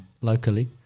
locally